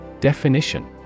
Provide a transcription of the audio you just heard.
Definition